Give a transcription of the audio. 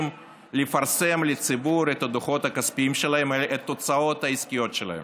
לפרסם לציבור את הדוחות הכספיים שלהם ואת ההוצאות העסקיות שלהם.